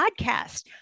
podcast